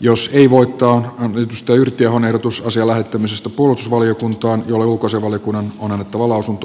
jos ei voittaa on jyrki yrttiahon ehdotus asian lähettämisestä puolustusvaliokuntaan jolle ulkoasiainvaliokunnan on annettava lausunto